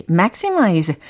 maximize